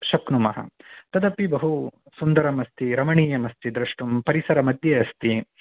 शक्नुमः तदपि बहु सुन्दरमस्ति रमणीयमस्ति द्रष्टुं परिसरमध्ये अस्ति